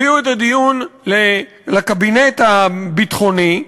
הביאו את הדיון לקבינט הביטחוני בטענה,